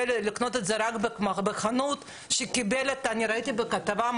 אני ראיתי בכתבה,